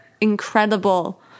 incredible